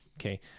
Okay